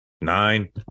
nine